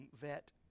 vet